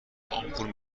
آمپول